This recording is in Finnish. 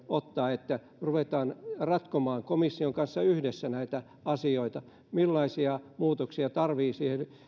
ottaa että ruvetaan ratkomaan komission kanssa yhdessä näitä asioita että millaisia muutoksia meillä tarvitsee siihen